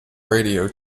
radio